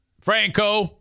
Franco